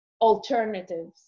Alternatives